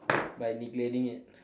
by neglecting it